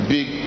Big